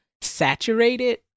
saturated